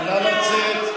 נא לצאת.